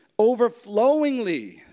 overflowingly